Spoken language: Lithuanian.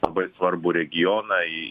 labai svarbų regioną į